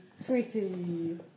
Sweetie